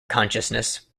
consciousness